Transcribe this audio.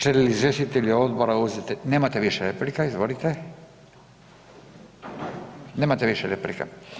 Žele li izvjestitelji odbora uzeti, nemate više replika izvolite, nemate više replika.